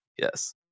Yes